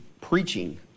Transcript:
preaching